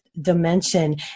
dimension